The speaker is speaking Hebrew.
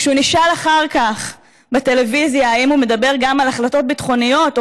כשהוא נשאל אחר כך בטלוויזיה אם הוא מדבר גם על החלטות ביטחוניות או